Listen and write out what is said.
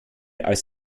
als